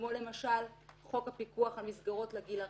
כמו למשל חוק הפיקוח על מסגרות לגיל הרך,